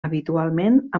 habitualment